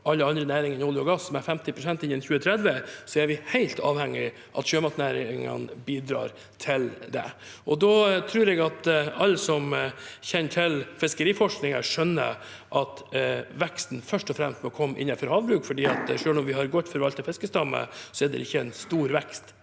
alle andre næringer enn olje og gass med 50 pst. innen 2030, er vi helt avhengig av at sjømatnæringene bidrar til det. Jeg tror alle som kjenner til fiskeriforskningen, skjønner at veksten først og fremst må komme innenfor havbruk, for selv om vi har en godt forvaltet fiskestamme, er det ikke en stor vekst